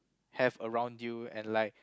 have around you and like